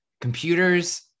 computers